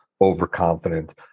overconfident